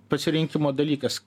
pasirinkimo dalykas